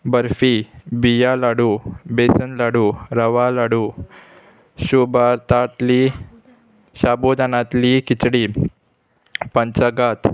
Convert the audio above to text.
बर्फी बियां लाडू बेसन लाडू रवा लाडू शुभारतांतली शाबूदानांतली किचडी पंचगात